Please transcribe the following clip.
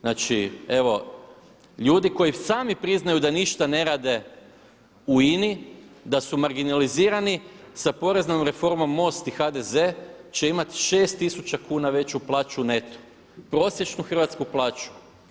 Znači, evo ljudi koji sami priznaju da ništa ne rade u INA-i, da su marginalizirani sa poreznom reformom MOST i HDZ će imati 6 tisuća kuna veću plaću neto, prosječnu hrvatsku plaću.